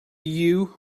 you